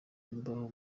imbaho